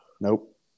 Nope